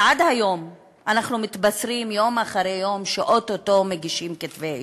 ועד היום אנחנו מתבשרים יום אחרי יום שאו-טו-טו מגישים כתבי אישום.